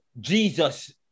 Jesus